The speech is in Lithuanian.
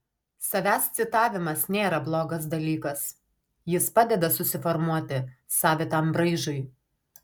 savęs citavimas nėra blogas dalykas jis padeda susiformuoti savitam braižui